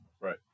Right